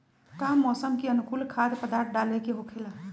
का मौसम के अनुकूल खाद्य पदार्थ डाले के होखेला?